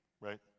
right